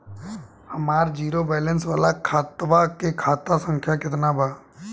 हमार zero balance वाला खतवा के खाता संख्या केतना बा?